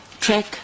track